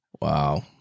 Wow